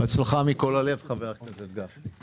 בהצלחה, מכול הלב, חבר הכנסת גפני.